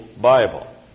Bible